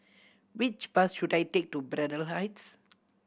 which bus should I take to Braddell Heights